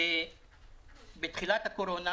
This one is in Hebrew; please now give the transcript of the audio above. בתחילת הקורונה